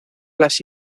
las